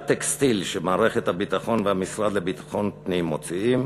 טקסטיל שמערכת הביטחון והמשרד לביטחון הפנים מוציאים,